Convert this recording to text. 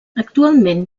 actualment